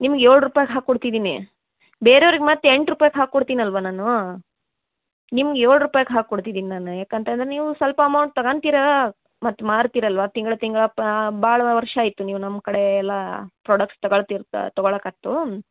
ನಿಮ್ಗ ಏಳು ರೂಪಾಯಿಗೆ ಹಾಕಿ ಕೊಡ್ತಿದ್ದೀನಿ ಬೇರೆ ಅವ್ರಿಗೆ ಮತ್ತೆ ಎಂಟು ರೂಪಾಯಿಗೆ ಹಾಕಿ ಕೊಡ್ತೀನಿ ಅಲ್ಲವಾ ನಾನು ನಿಮ್ಗ ಏಳು ರೂಪಾಯಿಗೆ ಹಾಕಿ ಕೊಡ್ತಿದ್ದೀನಿ ನಾನು ಯಾಕಂತಂದ್ರ ನೀವು ಸ್ವಲ್ಪ ಅಮೌಂಟ್ ತಗಳ್ತೀರಾ ಮತ್ತು ಮಾರ್ತಿರ ಅಲ್ಲವಾ ತಿಂಗಳ ತಿಂಗಳ ಪಾ ಭಾಳ ವರ್ಷ ಆಯಿತು ನೀವು ನಮ್ಮ ಕಡೆ ಎಲ್ಲ ಪ್ರಾಡಕ್ಟ್ಸ್ ತಗೊಳ್ತಿರ್ತ ತಗೊಳಕತ್ತು